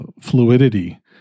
fluidity